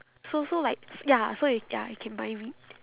so so like ya so it ya I can mind read